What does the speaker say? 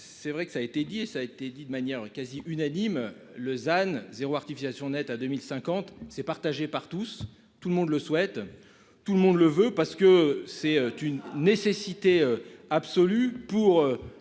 c'est vrai que ça a été dit et ça a été dit de manière quasi unanime. Lausanne z'ero articulation nette à 2050 c'est partagé par tous, tout le monde le souhaite. Tout le monde le veut, parce que c'est une nécessité absolue pour